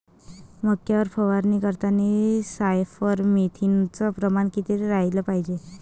मक्यावर फवारनी करतांनी सायफर मेथ्रीनचं प्रमान किती रायलं पायजे?